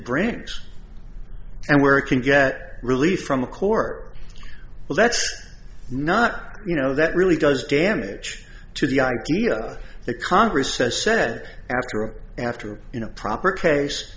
grants and where it can get relief from the court well that's not you know that really does damage to the idea that congress says said after a after you know proper case